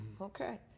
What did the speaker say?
Okay